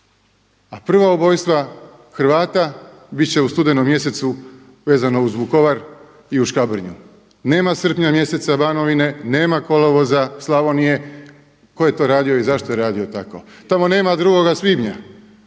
A prva ubojstva Hrvata bit će u studenom mjesecu vezano uz Vukovar i u Škabrnju. Nema srpnja mjeseca, Banovine, nema kolovoza Slavonije. Tko je to radio i zašto je radio tako? Tamo nema drugoga svibnja,